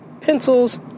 pencils